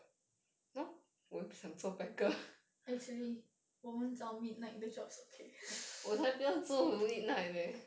actually 我们找 midnight 的 jobs okay